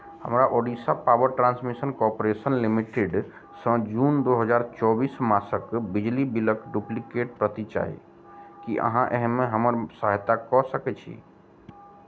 हमरा Odisha power transmission corporation limited सँ June दू हजार चौबीस मासक बिजली बिलक डुप्लिकेट प्रति चाही की अहाँ एहिमे हमर सहायता कऽ सकैत छी